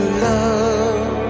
love